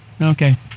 Okay